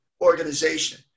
organization